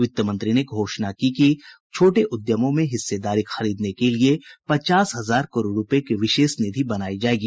वित्त मंत्री ने घोषणा की कि छोटे उद्यमों में हिस्सेदारी खरीदने के लिए पचास हजार करोड रूपए की विशेष निधि बनायी जाएगी